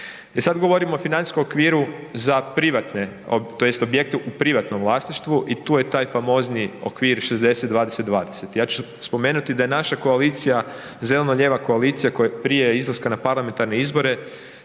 sad govorimo o financijskom okviru za privatne, tj. za objekte u privatnom vlasništvu i tu je taj famozni okvir 60-20-20. Ja ću spomenuti da je naša koalicija, zeleno-lijeva koalicija koja je prije izlaska na parlamentarne izbore,